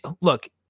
look